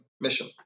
mission